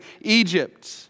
Egypt